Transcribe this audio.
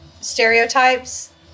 stereotypes